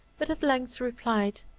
but at length replied,